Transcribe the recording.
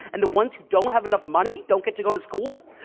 and the ones who don't have enough money don't get to go to school?